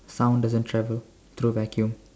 sound doesn't travel through vacuum